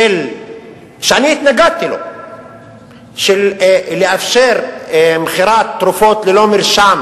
שאני התנגדתי לו, של לאפשר מכירת תרופות ללא מרשם